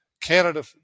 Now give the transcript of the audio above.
Canada